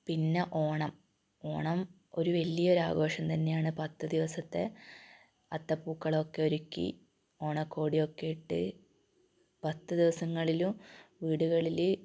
പിന്നെ ഓണം ഓണം ഒരു വലിയ ഒരാഘോഷം തന്നെയാണ് പത്ത് ദിവസത്തെ അത്ത പൂക്കളമൊക്കെ ഒരുക്കി ഓണക്കോടി ഒക്കെ ഇട്ട് പത്ത് ദിവസങ്ങളിലും വീടുകളിൽ